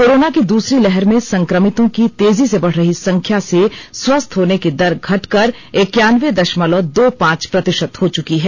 corona की दूसरी लहर में संक्रमितों की तेजी से बढ़ रही संख्या से स्वस्थ होने की दर घटकर इक्कान्बे दशमलव दो पांच प्रतिशत हो चुकी है